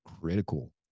critical